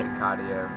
cardio